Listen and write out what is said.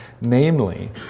namely